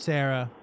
Sarah